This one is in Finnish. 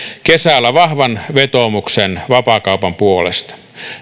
kesällä vahvan vetoomuksen vapaakaupan puolesta